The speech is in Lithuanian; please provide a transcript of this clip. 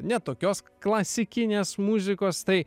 ne tokios klasikinės muzikos tai